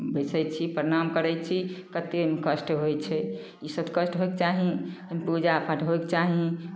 बैसैत छी प्रणाम करै छी कतेक कष्ट होइ छै इसभ कष्ट होयके चाही पूजा पाठ होयके चाही